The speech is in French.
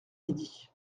midi